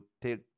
take